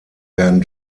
werden